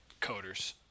Coders